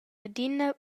adina